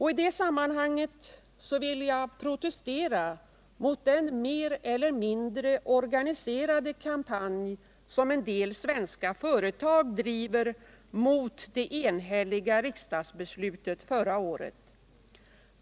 I det sammanhanget vill jag protestera mot den mer eller mindre organiserade kampanj som en del svenska företag driver mot det enhälliga riksdagsbeslutet förra året.